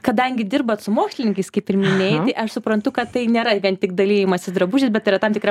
kadangi dirbat su mokslininkais kaip ir minėjai tai aš suprantu kad tai nėra vien tik dalijimasis drabužiais bet yra tam tikra